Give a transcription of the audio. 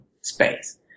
space